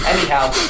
Anyhow